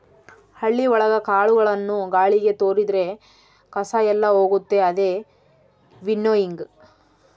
ಹಳ್ಳಿ ಒಳಗ ಕಾಳುಗಳನ್ನು ಗಾಳಿಗೆ ತೋರಿದ್ರೆ ಕಸ ಎಲ್ಲ ಹೋಗುತ್ತೆ ಅದೇ ವಿನ್ನೋಯಿಂಗ್